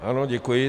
Ano, děkuji.